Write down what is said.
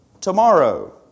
tomorrow